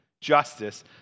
justice